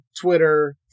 Twitter